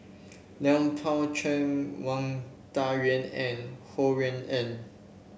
Lui Pao Chuen Wang Dayuan and Ho Rui An